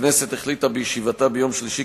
הכנסת החליטה בישיבתה ביום שלישי,